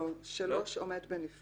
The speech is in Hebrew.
לא, (3) עומד בנפרד.